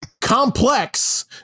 complex